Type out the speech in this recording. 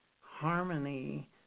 harmony